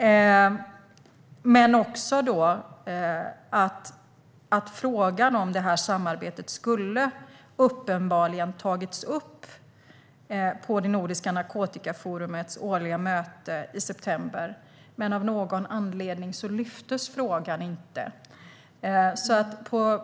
Jag kan också se att frågan om samarbetet uppenbarligen skulle ha tagits upp på Nordiskt narkotikaforums årliga möte i september, men av någon anledning lyftes inte frågan upp.